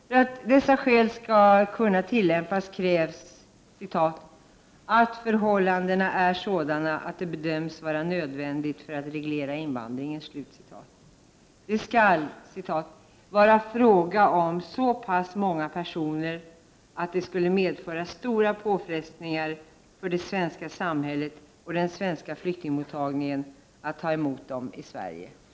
För att dessa särskilda skäl skall kunna tillämpas krävs enligt proposition 1988/89:86 ”att förhållandena är sådana att det bedöms vara nödvändigt för att reglera invandringen”. Det skall ”vara fråga om så pass många personer att det skulle medföra stora påfrestningar för det svenska samhället och den svenska flyktingmottagningen att ta emot dem i Sverige”.